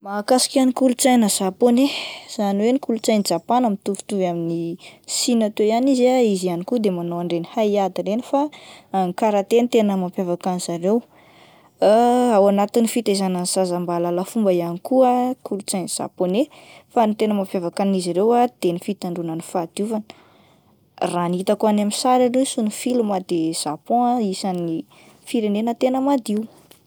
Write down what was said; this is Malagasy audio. Mahakasika ny kolotsaina Japoney, izany hoe ny kolotsain'i Japana mitovitovy amin'i Sina teo ihany izy ah, izy ihany koa de manao ireny hay ady ireny fa ny karate no tena mampiavaka an'ny zareo, ao anatin'ny fitaizana ny zaza mba ahalala fomba ihany koa kolotsain'ny japoney fa ny tena mampiavaka an'izy ireo ah de ny fitandrona ny fahadiovana, raha ny hitako any amin'ny sary aloha sy ny filma de Japon isan'ny firenena tena madio.